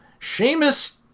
Seamus